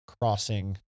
crossing